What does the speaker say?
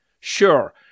Sure